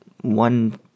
one